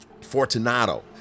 Fortunato